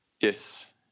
Yes